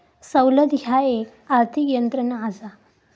सवलत ह्या एक आर्थिक यंत्रणा असा